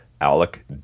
Alec